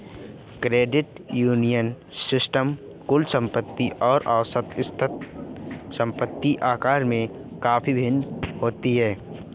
credit union system कुल संपत्ति और औसत संस्था संपत्ति आकार में काफ़ी भिन्न होते हैं